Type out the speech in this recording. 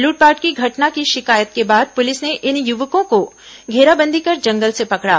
लूटपाट की घटना की शिकायत के बाद पुलिस ने इन यूवकों को घेराबंदी कर जंगल से पकड़ा